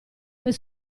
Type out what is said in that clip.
per